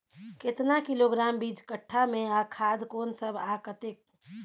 केतना किलोग्राम बीज कट्ठा मे आ खाद कोन सब आ कतेक?